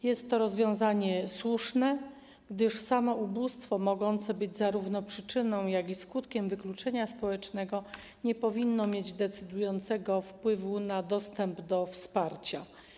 Jest to rozwiązanie słuszne, gdyż samo ubóstwo, które może być zarówno przyczyną, jak i skutkiem wykluczenia społecznego, nie powinno mieć decydującego wpływu na dostęp do wsparcia.